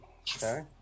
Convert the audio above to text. Okay